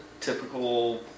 typical